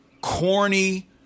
corny